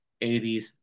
80s